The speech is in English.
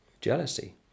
Jealousy